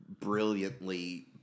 brilliantly